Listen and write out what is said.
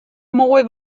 moai